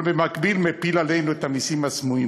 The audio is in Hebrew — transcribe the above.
אבל במקביל מטיל עלינו את המסים הסמויים.